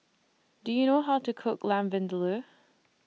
Do YOU know How to Cook Lamb Vindaloo